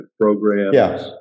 programs